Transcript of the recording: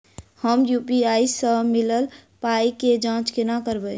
हम यु.पी.आई सअ मिलल पाई केँ जाँच केना करबै?